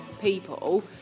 people